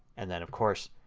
and then, of course,